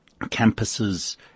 campuses